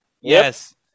Yes